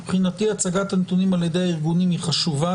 מבחינתי הצגת הנתונים על ידי הארגונים היא חשובה,